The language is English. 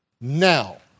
now